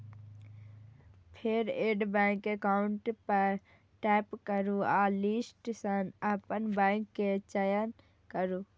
फेर add bank account पर tap करू आ लिस्ट सं अपन बैंक के चयन करू